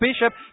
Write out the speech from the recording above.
Bishop